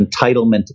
entitlement